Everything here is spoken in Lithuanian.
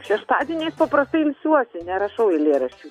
šeštadieniais paprastai ilsiuosi nerašau eilėraščių